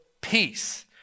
peace